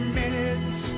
minutes